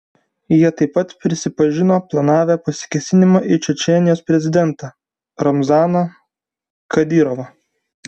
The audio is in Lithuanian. jie taip pat prisipažino planavę pasikėsinimą į čečėnijos prezidentą ramzaną kadyrovą